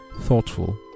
thoughtful